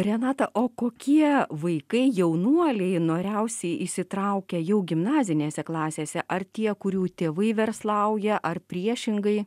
renata o kokie vaikai jaunuoliai noriausiai įsitraukia jau gimnazinėse klasėse ar tie kurių tėvai verslauja ar priešingai